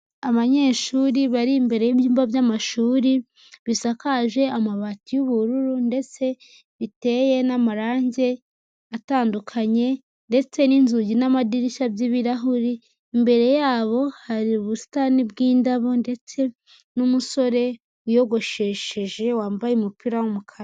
Abanyeshuri bari imbere y'ibyumba by'amashuri, bisakaje amabati y'ubururu ndetse biteye n'amarange atandukanye ndetse n'inzugi n'amadirishya by'ibirahuri, imbere yabo hari ubusitani bw'indabo ndetse n'umusore wiyogoshesheje wambaye umupira w'umukara.